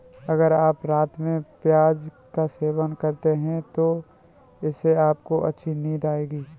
अगर आप रात में प्याज का सेवन करते हैं तो इससे आपको अच्छी नींद आएगी